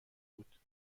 بود